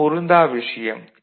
இது பொருந்தா விஷயம்